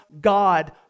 God